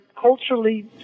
culturally